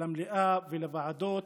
למליאה ולוועדות,